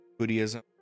Buddhism